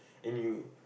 and you